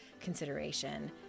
consideration